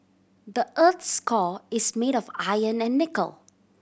the earth's core is made of iron and nickel